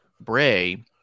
Bray